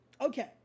okay